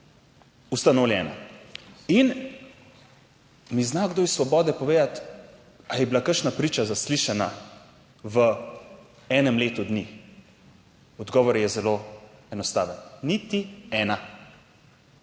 ustanovljena in mi zna kdo iz Svobode povedati, ali je bila kakšna priča zaslišana v enem letu dni? Odgovor je zelo enostaven. Niti ena.